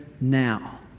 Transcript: now